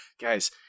guys